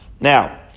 Now